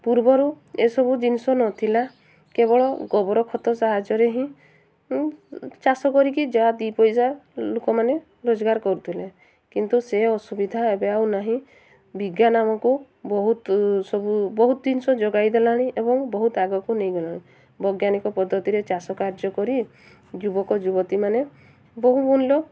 ପୂର୍ବରୁ ଏସବୁ ଜିନିଷ ନଥିଲା କେବଳ ଗୋବର ଖତ ସାହାଯ୍ୟରେ ହିଁ ଚାଷ କରିକି ଯାହା ଦି ପଇସା ଲୋକମାନେ ରୋଜଗାର କରୁଥିଲେ କିନ୍ତୁ ସେ ଅସୁବିଧା ଏବେ ଆଉ ନାହିଁ ବିଜ୍ଞାନ ଆମକୁ ବହୁତ ସବୁ ବହୁତ ଜିନିଷ ଯୋଗାଇ ଦେଲାଣି ଏବଂ ବହୁତ ଆଗକୁ ନେଇଗଲାଣି ବୈଜ୍ଞାନିକ ପଦ୍ଧତିରେ ଚାଷ କାର୍ଯ୍ୟ କରି ଯୁବକ ଯୁବତୀମାନେ ବହୁ ମୂଲ୍ୟ